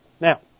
Now